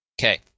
Okay